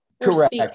Correct